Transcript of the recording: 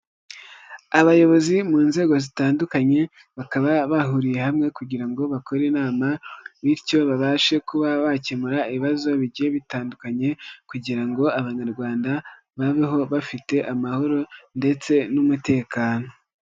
Abayobozi mu nzego zitandukanye, bakaba bahuriye hamwe kugira ngo bakore inama, bityo babashe kuba bakemura ibibazo bigiye bitandukanye kugira ngo abanyarwanda babeho bafite amahoro ndetse n'umutekano.